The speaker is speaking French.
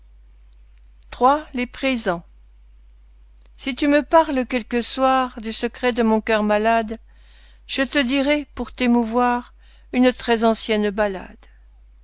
iii les présents si tu me parles quelque soir du secret de mon cœur malade je te dirai pour t'émouvoir une très ancienne ballade